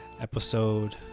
episode